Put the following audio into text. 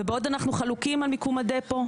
ובעוד אנחנו חלוקים על מקומה הדפו,